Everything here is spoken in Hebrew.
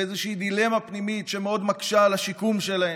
באיזושהי דילמה פנימית שמאוד מקשה על השיקום שלהם.